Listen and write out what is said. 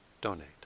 donate